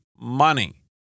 money